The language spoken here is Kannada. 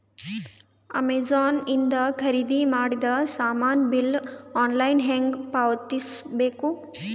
ಅಮೆಝಾನ ಇಂದ ಖರೀದಿದ ಮಾಡಿದ ಸಾಮಾನ ಬಿಲ್ ಆನ್ಲೈನ್ ಹೆಂಗ್ ಪಾವತಿಸ ಬೇಕು?